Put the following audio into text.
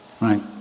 Right